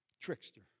Trickster